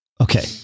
Okay